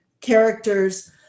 characters